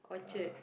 Orchard